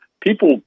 people